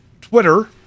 Twitter